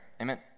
amen